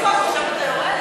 לצחוק, עכשיו אתה יורד?